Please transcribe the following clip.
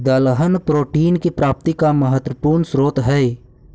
दलहन प्रोटीन की प्राप्ति का महत्वपूर्ण स्रोत हई